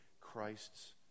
Christ's